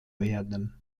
werden